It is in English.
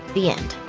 the end.